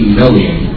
million